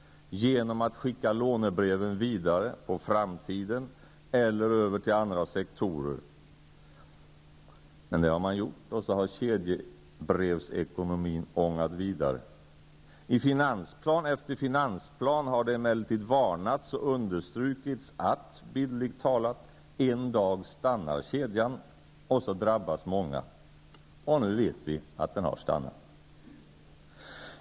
Genom att skicka ''lånebreven'' vidare -- på framtiden eller över till andra sektorer -- har kedjebrevsekonomin ångat vidare. I finansplan efter finansplan har det emellertid varnats och understrukits att, bildligt talat, kedjan en dag stannar och att många då drabbas. Nu vet vi att den har stannat.